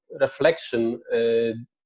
reflection